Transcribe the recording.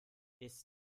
ist